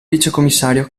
vicecommissario